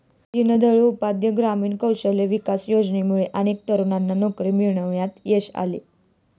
दीनदयाळ उपाध्याय ग्रामीण कौशल्य विकास योजनेमुळे अनेक तरुणांना नोकरी मिळवण्यात यश आले